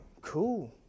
cool